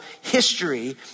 history